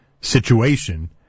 situation